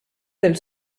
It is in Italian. del